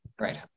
Right